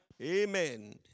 Amen